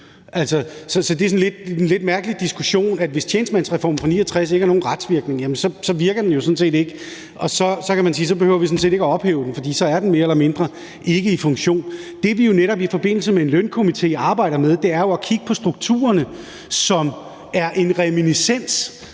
Så det er en sådan lidt mærkelig diskussion, for hvis tjenestemandsreformen fra 1969 ikke har nogen retsvirkning, virker den jo sådan set ikke. Så kan man sige, at så behøver vi sådan set ikke at ophæve den, for så er den mere eller mindre ikke i funktion. Det, vi jo netop i forbindelse med en lønstrukturkomité arbejder med, er at kigge på strukturerne, som er en reminiscens